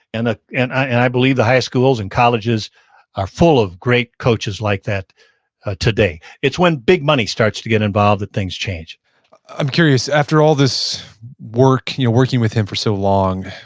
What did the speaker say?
and ah and and i believe the high schools and colleges are full of great coaches like that today. it's when big money starts to get involved that things change i'm curious, after all this work, working with him for so long,